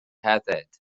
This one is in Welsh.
hefyd